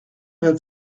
had